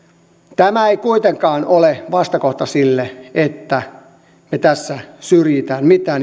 tämä ei kuitenkaan ole vastakohta sille että me tässä syrjimme mitään